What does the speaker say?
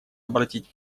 обратить